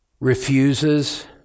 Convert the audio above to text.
refuses